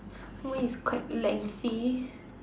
mine is quite lengthy